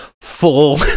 full